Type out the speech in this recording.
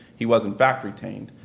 he was in fact retained,